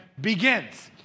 Begins